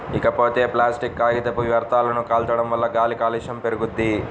ఇకపోతే ప్లాసిట్ కాగితపు వ్యర్థాలను కాల్చడం వల్ల గాలి కాలుష్యం పెరుగుద్ది